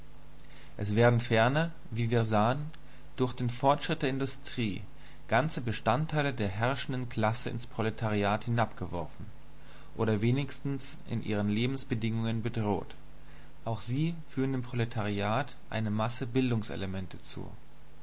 es werden ferner wie wir sahen durch den fortschritt der industrie ganze bestandteile der herrschenden klasse ins proletariat hinabgeworfen oder wenigstens in ihren lebensbedingungen bedroht auch sie führen dem proletariat eine masse bildungselemente zu